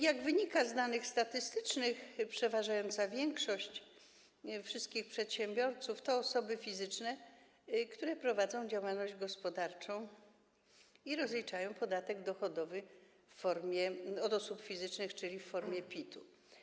Jak wynika z danych statystycznych, przeważająca większość wszystkich przedsiębiorców to osoby fizyczne, które prowadzą działalność gospodarczą i rozliczają podatek dochodowy od osób fizycznych, czyli w formie PIT-u.